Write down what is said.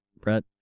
Brett